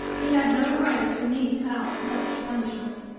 he had no right to mete out such punishment.